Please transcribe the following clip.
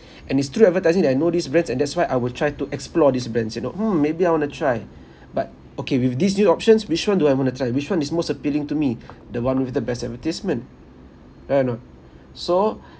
and it's through advertising that I know these brands and that's why I will try to explore these brands you know mm maybe I want to try but okay with these new options which one do I want to try which one is most appealing to me the one with the best advertisement right or not so